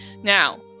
Now